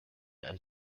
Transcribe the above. and